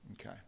Okay